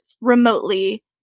remotely